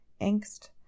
angst